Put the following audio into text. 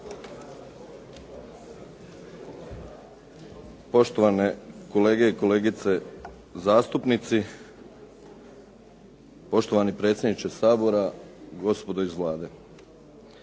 Poštovane kolege i kolegice zastupnici, poštovani predsjedniče Sabora, gospodo iz Vlade.